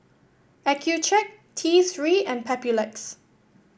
Accucheck T Three and Papulex